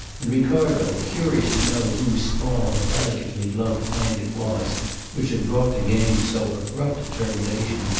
and ricardo, curious to know whose small, delicately gloved hand it was which had brought the game to so abrupt a termination,